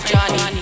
Johnny